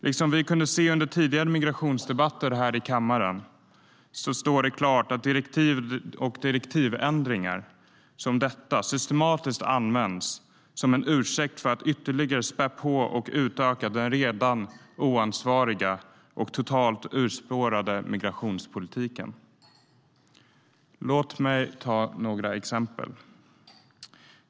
Liksom vi kunde se under tidigare migrationsdebatter här i kammaren står det klart att direktiv och direktivändringar som dessa systematiskt används som ursäkt för att ytterligare späda på och utöka den redan oansvariga och totalt urspårade migrationspolitiken. Låt mig ta några exempel.